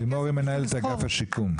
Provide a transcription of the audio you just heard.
אין לי כסף --- לימור היא מנהלת אגף השיקום,